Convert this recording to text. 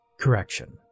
correction